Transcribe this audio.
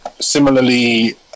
similarly